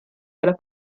della